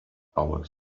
powers